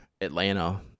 Atlanta